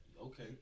okay